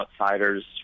outsiders